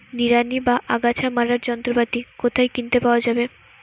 নিড়ানি বা আগাছা মারার যন্ত্রপাতি কোথায় কিনতে পাওয়া যাবে?